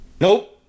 Nope